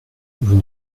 vous